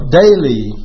daily